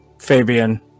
Fabian